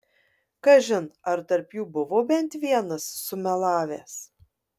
kažin ar tarp jų buvo bent vienas sumelavęs